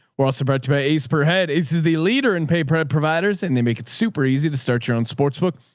we're also bred to by ace per head is is the leader in pay prep providers, and they make it super easy to start your own sportsbook.